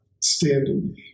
Standing